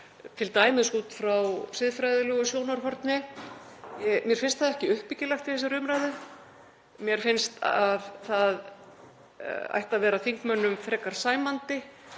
t.d. út frá siðfræðilegu sjónarhorni. Mér finnst það ekki uppbyggilegt í þessari umræðu. Mér finnst að það ætti að vera þingmönnum frekar sæmandi